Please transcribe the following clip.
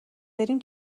بریم